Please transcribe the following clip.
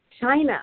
China